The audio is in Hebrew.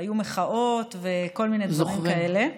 והיו מחאות וכל מיני דברים כאלה.